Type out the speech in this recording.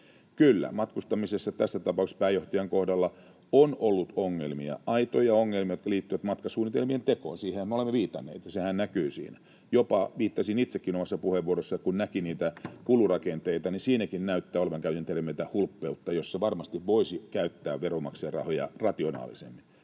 Kyllä, matkustamisessa tässä tapauksessa pääjohtajan kohdalla on ollut ongelmia, aitoja ongelmia, jotka liittyvät matkasuunnitelmien tekoon, siihenhän me olemme viitanneet, ja sehän näkyy siinä. Viittasin jopa itsekin omassa puheenvuorossani, että kun näki niitä kulurakenteita, niin siinäkin näyttää olevan, käytin termiä, ”hulppeutta”, jossa varmasti voisi käyttää veronmaksajien rahoja rationaalisemmin.